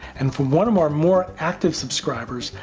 and from one of our more active subscribers,